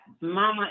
mama